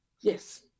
Yes